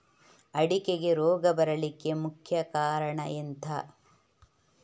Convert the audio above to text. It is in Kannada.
ಅಡಿಕೆಗೆ ರೋಗ ಬರ್ಲಿಕ್ಕೆ ಮುಖ್ಯ ಕಾರಣ ಎಂಥ?